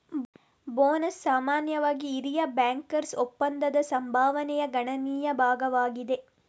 bonus ಸಾಮಾನ್ಯವಾಗಿ ಹಿರಿಯ ಬ್ಯಾಂಕರ್ನ ಒಪ್ಪಂದದ ಸಂಭಾವನೆಯ ಗಣನೀಯ ಭಾಗವಾಗಿದೆ